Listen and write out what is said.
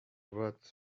words